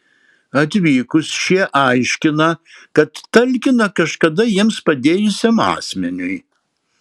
atvykus šie aiškina kad talkina kažkada jiems padėjusiam asmeniui